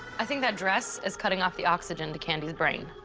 i think that dress is cutting off the oxygen to candy's brain.